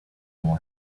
will